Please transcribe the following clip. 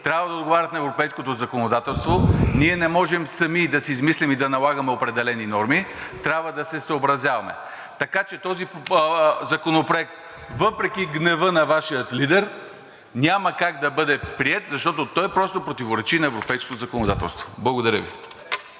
трябва да отговарят на европейското законодателство. Ние не можем сами да си измислим и да налагаме определени норми, а трябва да се съобразяваме. Така че този законопроект, въпреки гнева на Вашия лидер, няма как да бъде приет, защото той просто противоречи на европейското законодателство. Благодаря Ви.